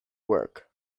work